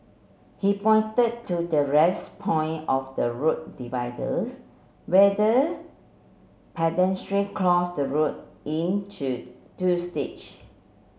he pointed to the rest point of the road dividers whether pedestrian cross the road in to two stage